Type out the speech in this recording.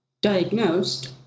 diagnosed